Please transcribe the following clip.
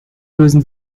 lösen